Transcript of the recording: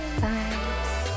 bye